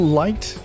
light